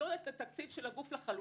נשלול את תקציב הגוף לחלוטין,